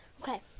Okay